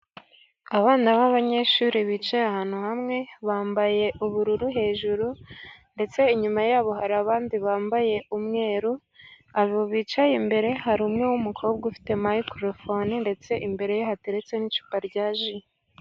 Abana b'abanyeshuri bicaye ahantu hamwe, bambaye ubururu hejuru ndetse inyuma yabo hari abandi bambaye umweru. Abo bicaye imbere hari umwe w'umukobwa ufite mayikorofone, ndetse imbere ye hateretse n'icupa rya ji.